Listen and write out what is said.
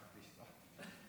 תודה רבה.